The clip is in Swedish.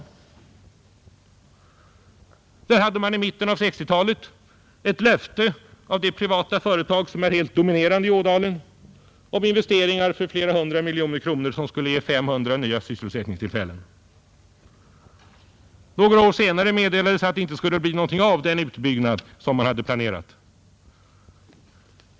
Där hade man i mitten av 1960-talet ett löfte av det privata företag som är helt dominerande i Ådalen om investeringar för flera hundra miljoner kronor som skulle ge 500 nya sysselsättningstillfällen. Några år senare meddelades att det inte skulle bli någonting av den utbyggnad som man hade planerat.